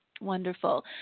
Wonderful